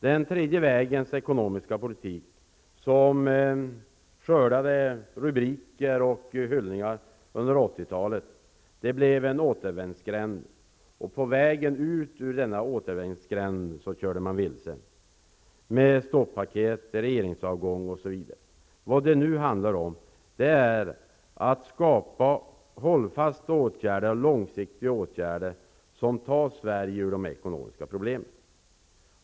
Den tredje vägens ekonomiska politik, som skördade rubriker och hyllningar under 1980-talet, blev en återvändsgränd. På vägen ut ur denna återvändsgränd körde man vilse med stopp-paket, regeringsavgång osv. Nu handlar det om att vidta hållfasta och långsiktiga åtgärder som tar Sverige ur de ekonomiska problemen.